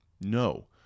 No